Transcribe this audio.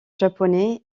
japonais